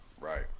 Right